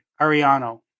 Ariano